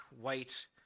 white